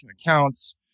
accounts